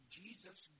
jesus